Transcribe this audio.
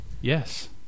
Yes